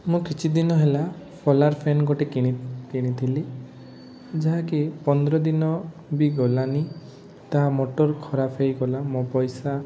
ମୁଁ କିଛିଦିନ ହେଲା ସୋଲାର୍ ଫ୍ୟାନ୍ ଗୋଟେ କିଣି କିଣିଥିଲି ଯାହାକି ପନ୍ଦର ଦିନ ବି ଗଲାନି ତା ମୋଟର୍ ଖରାପ ହେଇଗଲା ମୋ ପଇସା